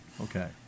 Okay